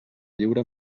lliure